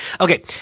okay